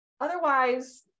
otherwise